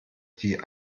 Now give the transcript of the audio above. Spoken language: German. die